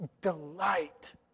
delight